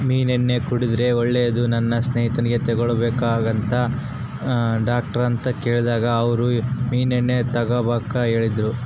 ಮೀನೆಣ್ಣೆ ಕುಡುದ್ರೆ ಒಳ್ಳೇದು, ನನ್ ಸ್ನೇಹಿತೆ ತೆಳ್ಳುಗಾಗ್ಬೇಕಂತ ಡಾಕ್ಟರ್ತಾಕ ಕೇಳ್ದಾಗ ಅವ್ರು ಮೀನೆಣ್ಣೆ ತಾಂಬಾಕ ಹೇಳಿದ್ರು